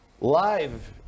live